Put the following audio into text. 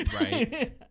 Right